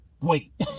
wait